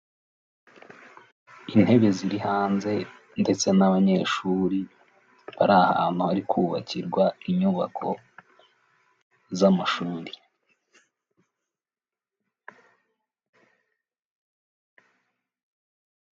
Intebe ziri hanze ndetse n'abanyeshuri bari ahantu hari kubakirwa inyubako z'amashuri.